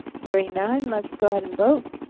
hearing none, let's go ahead and vote.